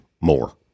more